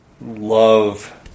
love